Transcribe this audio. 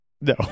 no